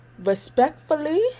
respectfully